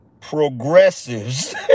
progressives